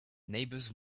neighbors